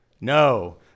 No